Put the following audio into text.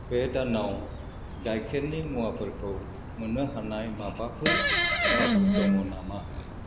बे दानाव गाइखेरनि मुवाफोरखौ मोन्नो हानाय माबाफोर खाबु दङ नामा